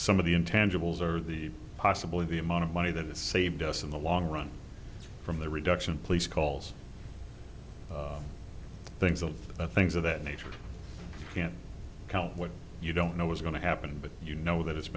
some of the intangibles or the possibly the amount of money that is saved us in the long run from the reduction police calls things and things of that nature can't count when you don't know what's going to happen but you know that it's